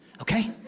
Okay